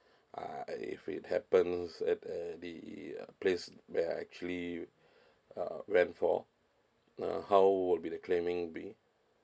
uh if it happens at uh the uh place where I actually uh went for uh how would be the claiming be